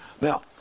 Now